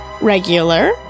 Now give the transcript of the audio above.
regular